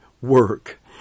work